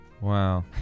Wow